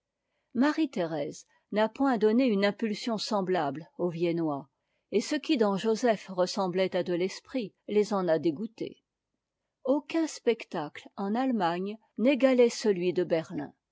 marie-thérèse n'a point donné une impulsion semblable aux viennois et ce qui dans joseph ressemblait à de l'esprit les en a dégoûtés aucun spectacle en allemagne n'égalait celui de berlin